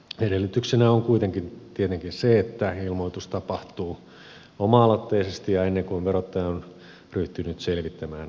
edellytyksenä on kuitenkin tietenkin se että ilmoitus tapahtuu oma aloitteisesti ja ennen kuin verottaja on ryhtynyt selvittämään asiaa